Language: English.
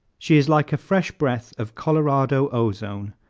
she is like a fresh breath of colorado ozone.